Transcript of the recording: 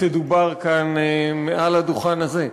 שתדובר כאן מעל הדוכן הזה.